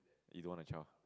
you don't want a child